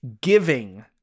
giving